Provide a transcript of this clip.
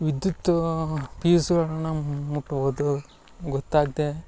ವಿದ್ಯುತ್ತು ಪ್ಯೂಸ್ಗಳನ್ನ ಮುಟ್ಬೋದು ಗೊತ್ತಾಗದೆ